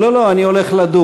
לא, לא, אני הולך לדוג.